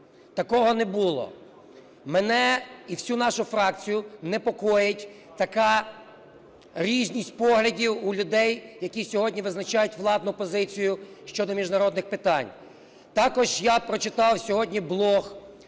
такого не було. Мене і всю нашу фракцію непокоїть така різність поглядів у людей, які сьогодні визначають владну позицію щодо міжнародних питань. Також я прочитав сьогодні блог